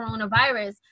coronavirus